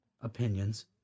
opinions